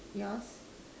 yours